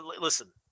listen